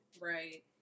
Right